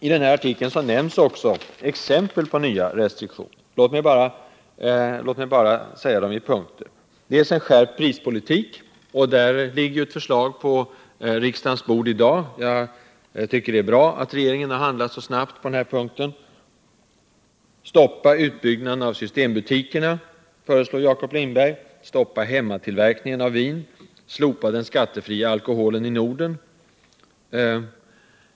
I denna artikel ges också exempel på nya tänkbara restriktioner. Låt mig bara nämna de olika punkterna. En skärpning av prispolitiken tas upp. Ett sådant förslag ligger på riksdagens bord i dag. Jag tycker det är bra att regeringen har handlat så snabbt på den här punkten. Stoppa utbyggnaden av Systembutikerna! föreslår Jakob Lindberg. Stoppa hemmatillverkningen av vin! Slopa den skattefria alkoholen i Norden!